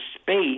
space